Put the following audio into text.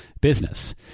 business